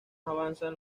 avanzan